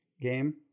game